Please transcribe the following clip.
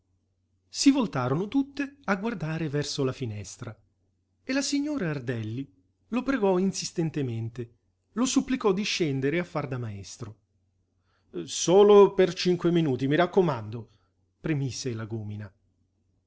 si voltarono tutte a guardare verso la finestra e la signora ardelli lo pregò insistentemente lo supplicò di scendere a far da maestro solo per cinque minuti mi raccomando premise lagúmina